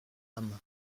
âmes